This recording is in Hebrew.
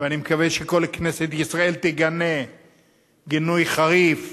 ואני מקווה שכל כנסת ישראל תגנה גינוי חריף